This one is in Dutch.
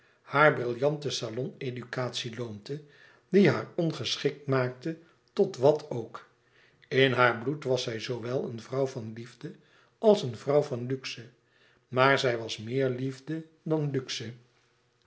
haar brillante salon educatie loomte die haar ongeschikt maakte tot wat ook in haar bloed was zij zoowel een vrouw van liefde als een vrouw van luxe maar zij was meer liefde dan luxe